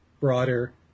broader